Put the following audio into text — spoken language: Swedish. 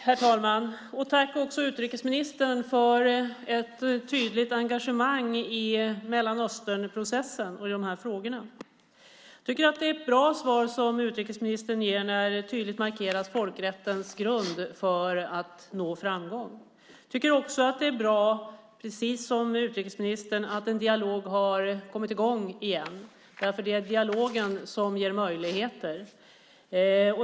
Herr talman! Tack utrikesministern för ett tydligt engagemang i Mellanösternprocessen och de här frågorna! Jag tycker att det är ett bra svar som utrikesministern ger där han tydligt markerar folkrätten som grund för att nå framgång. Jag tycker också, precis som utrikesministern, att det är bra att en dialog har kommit i gång igen. Det är dialogen som ger möjligheter.